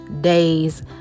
days